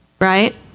Right